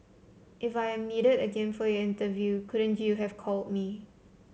if I am needed again for your interview couldn't you have called me